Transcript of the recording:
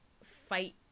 fight